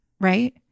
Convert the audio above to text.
right